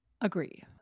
Agree